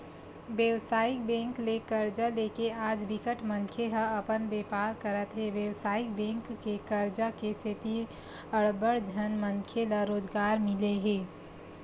बेवसायिक बेंक ले करजा लेके आज बिकट मनखे ह अपन बेपार करत हे बेवसायिक बेंक के करजा के सेती अड़बड़ झन मनखे ल रोजगार मिले हे